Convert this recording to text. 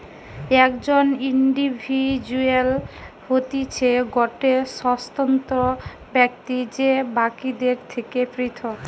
একজন ইন্ডিভিজুয়াল হতিছে গটে স্বতন্ত্র ব্যক্তি যে বাকিদের থেকে পৃথক